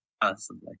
personally